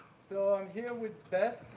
so i'm here with beth.